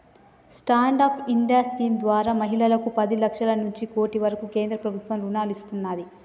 stand up India scheme ద్వారా మహిళలకు పది లక్షల నుంచి కోటి వరకు కేంద్ర ప్రభుత్వం రుణాలను ఇస్తున్నాది